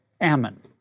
Ammon